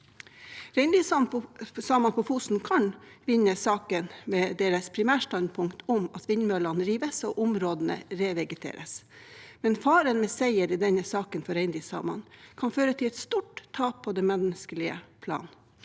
Reindriftssamene på Fosen kan vinne saken med deres primærstandpunkt om at vindmøllene rives og områdene revegeteres, men faren med seier i denne saken for reindriftssamene er at det kan føre til et stort tap på det menneskelige plan,